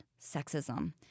sexism